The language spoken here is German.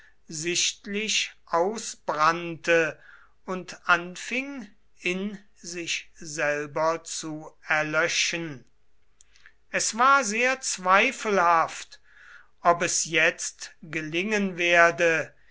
sichtlich ausbrannte und anfing in sich selber zu erlöschen es war sehr zweifelhaft ob es jetzt gelingen werde